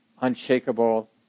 unshakable